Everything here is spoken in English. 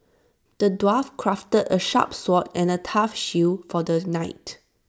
the dwarf crafted A sharp sword and A tough shield for the knight